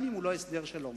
גם אם הוא לא הסדר שלום.